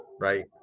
right